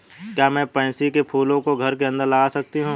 क्या मैं पैंसी कै फूलों को घर के अंदर लगा सकती हूं?